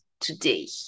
today